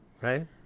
right